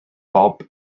bob